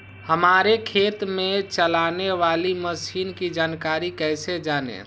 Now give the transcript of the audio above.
हमारे खेत में चलाने वाली मशीन की जानकारी कैसे जाने?